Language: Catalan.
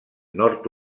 nord